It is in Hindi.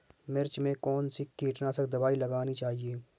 मिर्च में कौन सी कीटनाशक दबाई लगानी चाहिए?